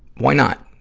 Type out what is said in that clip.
why not!